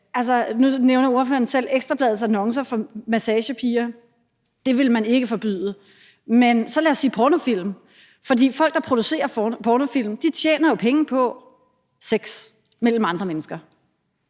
nu nævner ordføreren selv Ekstra Bladets annoncer for massagepiger. Det ville man ikke forbyde. Men så lad os sige pornofilm, for folk, der producerer pornofilm, tjener jo penge på sex mellem andre mennesker.